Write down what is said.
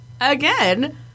again